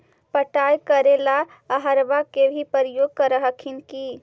पटाय करे ला अहर्बा के भी उपयोग कर हखिन की?